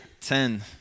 ten